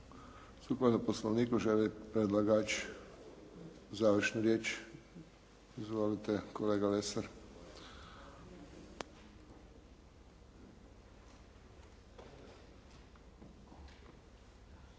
Sukladno Poslovniku želi predlagač završnu riječ? Izvolite kolega Lesar.